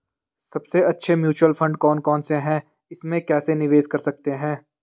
सबसे अच्छे mutual fund कौन कौनसे हैं इसमें कैसे निवेश कर सकते हैं?